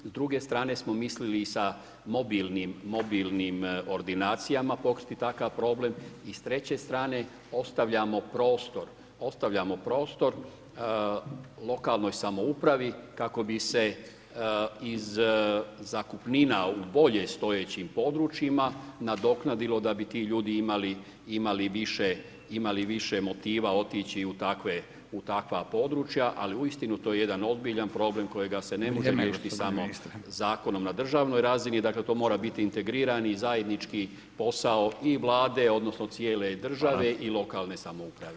S druge strane smo mislili sa mobilnim ordinacijama pokriti takav problem i s treće strane ostavljamo prostor lokalnoj samoupravi kako bi se iz zakupnine u bolje stojećim područjima nadoknadilo da bi ti ljudi imali više motiva otići u takva područja ali uistinu to je jedan ozbiljan problem kojega se ne može riješiti zakonom na državnoj razini dakle to mora biti integrirani, zajednički posao i Vlade odnosno cijele države i lokalne samouprave.